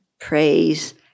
praise